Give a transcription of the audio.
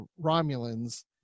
Romulans